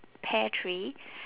pear tree